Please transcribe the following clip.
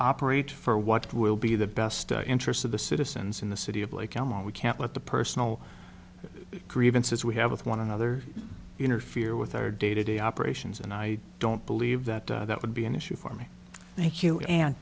operate for what will be the best interests of the citizens in the city of like elmo we can't let the personal grievances we have with one another interfere with our day to day operations and i don't believe that that would be an issue for me thank